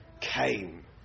came